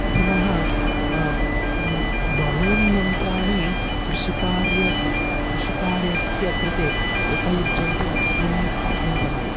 पुनः बहूनि यन्त्राणि कृषिकार्यं कृषिकार्यस्य कृते उपयुज्यन्ते अस्मिन् अस्मिन् समये